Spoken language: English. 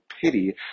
pity